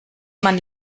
man